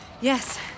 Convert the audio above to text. Yes